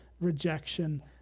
rejection